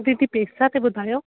दीदी पैसा त ॿुधायो